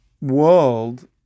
world